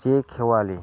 जे खेवालि